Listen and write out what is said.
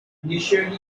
initially